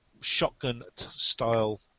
shotgun-style